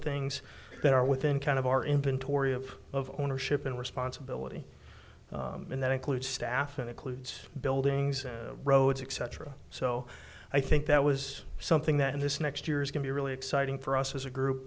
things that are within kind of our inventory of of ownership and responsibility and that includes staff and includes buildings roads etc so i think that was something that in this next year is going to be really exciting for us as a group